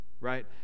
right